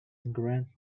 grant